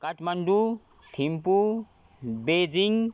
Kathmandu Thimphu Beijing